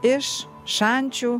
iš šančių